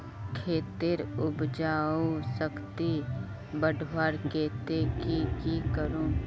खेतेर उपजाऊ शक्ति बढ़वार केते की की करूम?